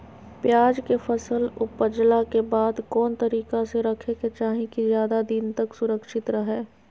प्याज के फसल ऊपजला के बाद कौन तरीका से रखे के चाही की ज्यादा दिन तक सुरक्षित रहय?